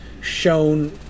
shown